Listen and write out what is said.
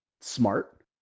smart